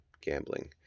gambling